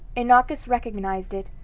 inachus recognized it,